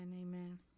amen